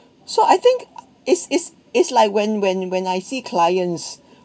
so I think it's it's it's like when when when I see clients